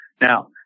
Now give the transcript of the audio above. Now